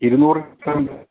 ഇരുന്നൂറ് ലിറ്ററിൻ്റെ